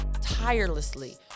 tirelessly